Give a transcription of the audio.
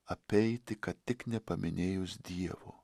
apeiti kad tik nepaminėjus dievo